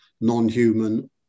non-human